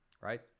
right